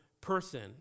person